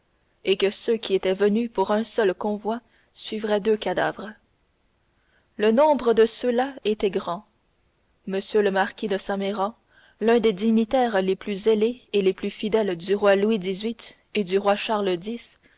et que ceux qui étaient venus pour un seul convoi suivraient deux cadavres le nombre de ceux-là était grand m le marquis de saint méran l'un des dignitaires les plus zélés et les plus fidèles du roi louis xviii et du roi charles x